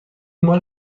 مال